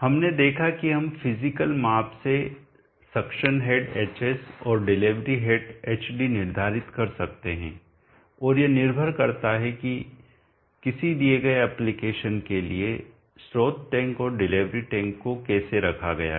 हमने देखा कि हम फिजिकल माप से सक्शन हेड hs और डिलीवरी हेड hd निर्धारित कर सकते हैं और यह निर्भर करता है कि किसी दिए गए एप्लिकेशन के लिए स्रोत टैंक और डिलीवरी टैंक को कैसे रखा गया है